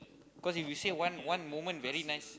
cause if you say one one moment very nice